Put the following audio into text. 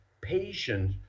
patient